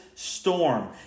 Storm